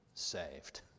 Saved